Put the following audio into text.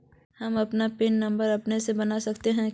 हम अपन pin number अपने से बना सके है की?